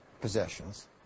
possessions